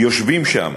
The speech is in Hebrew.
יושבים שם